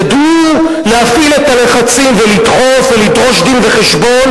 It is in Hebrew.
ידעו להפעיל את הלחצים ולדחוף ולדרוש דין-וחשבון